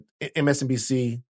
MSNBC